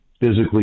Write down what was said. physically